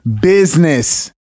Business